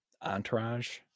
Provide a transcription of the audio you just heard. Entourage